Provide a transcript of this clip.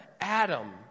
Adam